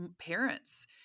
parents